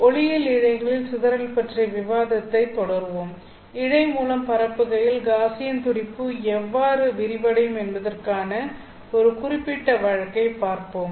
ஒளியியல் இழைகளில் சிதறல் பற்றிய விவாதத்தைத் தொடருவோம் இழை மூலம் பரப்புகையில் காஸியன் துடிப்பு எவ்வாறு விரிவடையும் என்பதற்கான ஒரு குறிப்பிட்ட வழக்கைப் பார்ப்போம்